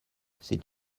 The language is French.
c’est